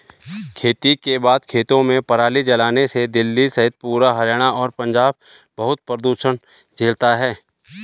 खेती के बाद खेतों में पराली जलाने से दिल्ली सहित पूरा हरियाणा और पंजाब बहुत प्रदूषण झेलता है